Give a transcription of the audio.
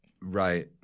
Right